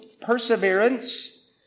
perseverance